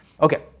Okay